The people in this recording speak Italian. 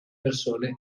persone